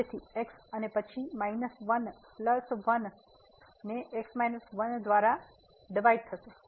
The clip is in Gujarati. તેથી x અને પછી માઇનસ 1 પ્લસ 1 ને x 1 દ્વારા ડિવાઈડ થશે